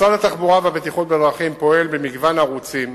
משרד התחבורה והבטיחות בדרכים פועל במגוון ערוצים